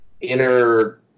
inner